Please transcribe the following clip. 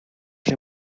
lle